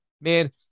man